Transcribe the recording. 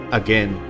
again